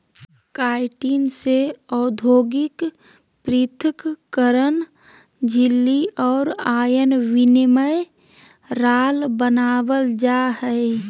chitin से औद्योगिक पृथक्करण झिल्ली और आयन विनिमय राल बनाबल जा हइ